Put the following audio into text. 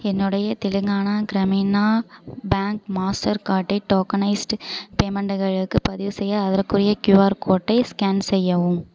என்னுடைய Telangana Grameena bank master கார்டை tokenised பேமெண்ட்களுக்கு பதிவுசெய்ய அதற்குரிய க்யூஆர் கோட்டை ஸ்கேன் செய்யவும்